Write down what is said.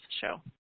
show